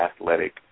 athletic